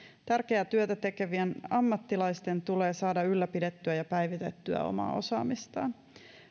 tärkeää työtä tekevien ammattilaisten tulee saada ylläpidettyä ja päivitettyä omaa osaamistaan